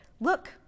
look